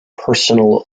personal